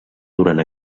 durant